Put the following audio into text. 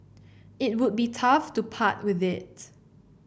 it would be tough to part with it